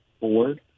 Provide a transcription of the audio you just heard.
Board